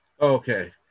Okay